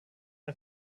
ein